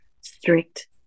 strict